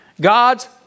God's